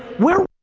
where,